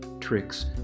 tricks